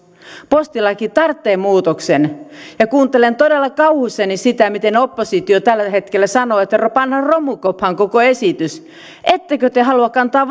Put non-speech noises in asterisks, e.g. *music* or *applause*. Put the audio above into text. postilaki tarvitsee muutoksen kuuntelen todella kauhuissani sitä miten oppositio tällä hetkellä sanoo että pannaan romukoppaan koko esitys ettekö te halua kantaa *unintelligible*